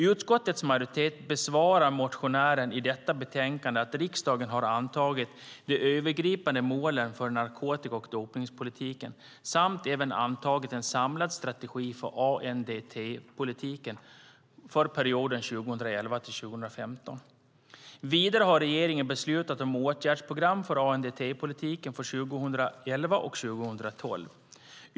Utskottets majoritet besvarar i detta betänkande motionären med att riksdagen har antagit det övergripande målet för narkotika och dopningspolitiken samt även antagit en samlad strategi för ANDT-politiken för perioden 2011-2015. Vidare har regeringen beslutat om åtgärdsprogram för ANDT-politiken för 2011 och 2012.